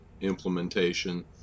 implementation